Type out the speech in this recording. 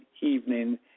evening